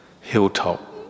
hilltop